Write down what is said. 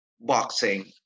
boxing